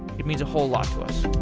it means a whole lot to us